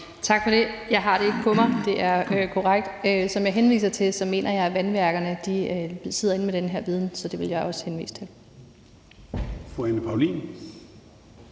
Tak for det. Jeg har det ikke på mig. Det er korrekt. Som jeg henviste til, mener jeg, at vandværkerne sidder inde med den her viden. Så det vil jeg henvise til. Kl.